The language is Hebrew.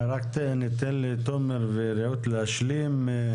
רק ניתן לתומר ורעות להשלים.